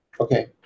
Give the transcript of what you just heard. Okay